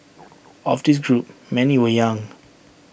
of this group many were young